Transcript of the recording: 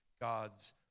God's